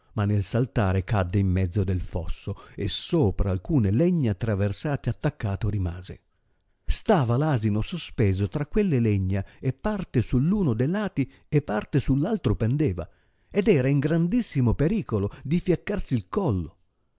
ma nel saltare cadde in mezzo del fosso e sopra alcune legna traversate attaccato rimase stava l'asino sospeso tra quelle legna e parte su l'uno de lati e parte su l'altro pendeva ed era in grandissimo pericolo di fiaccarsi il collo